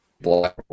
black